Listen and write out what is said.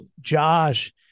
Josh